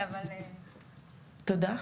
תודה.